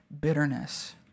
bitterness